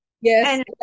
Yes